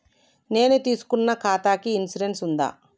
నేను తీసుకున్న ఖాతాకి ఇన్సూరెన్స్ ఉందా?